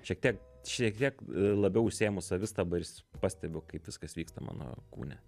šiek tiek šiek tiek labiau užsiimu savistaba pastebiu kaip viskas vyksta mano kūne